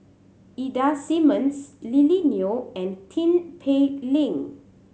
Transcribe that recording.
Ida Simmons Lily Neo and Tin Pei Ling